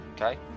Okay